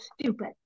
stupid